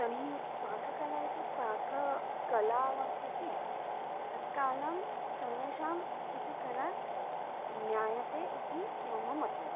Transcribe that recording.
तर्हि पाककला इति पाककला वर्तते तत्कलां सर्वेषाम् इति कला ज्ञायते इति मम मतम्